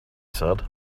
said